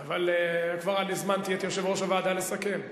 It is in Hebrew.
אבל כבר הזמנתי את יושב-ראש הוועדה לסכם.